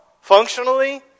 functionally